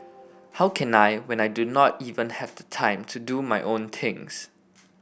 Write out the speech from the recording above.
how can I when I do not even have time to do my own things